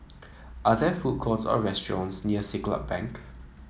are there food courts or restaurants near Siglap Bank